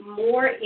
more